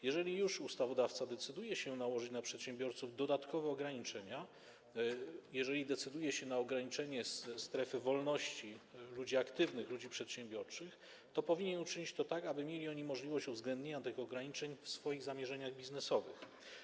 Jeżeli już ustawodawca decyduje się nałożyć na przedsiębiorców dodatkowe ograniczenia, jeżeli decyduje się na ograniczenie strefy wolności ludzi aktywnych, ludzi przedsiębiorczych, to powinien uczynić to tak, aby mieli oni możliwość uwzględnienia tych ograniczeń w swoich zamierzeniach biznesowych.